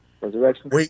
Resurrection